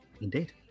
Indeed